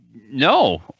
No